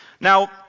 Now